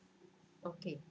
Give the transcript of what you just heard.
okay